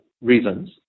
reasons